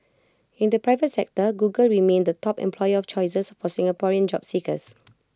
in the private sector Google remained the top employer of choices for Singaporean job seekers